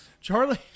Charlie